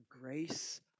grace